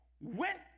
went